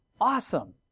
awesome